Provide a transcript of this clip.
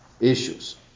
issues